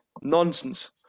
Nonsense